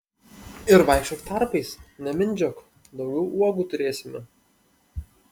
ir vaikščiok tarpais nemindžiok daugiau uogų turėsime